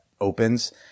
opens